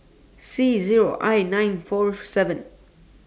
C Zero I nine four seven